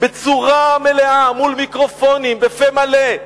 בצורה מלאה, מול מיקרופונים, בפה מלא,